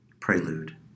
Prelude